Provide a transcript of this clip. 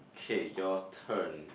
okay your turn